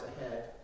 ahead